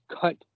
cut